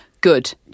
good